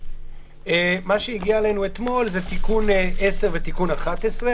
מה שהגיע אלינו אתמול זה תיקון 10 ותיקון 11,